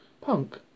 Punk